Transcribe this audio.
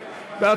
רבותי,